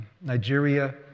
Nigeria